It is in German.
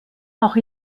auch